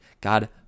God